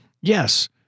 Yes